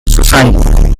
society